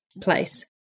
place